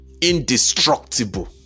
indestructible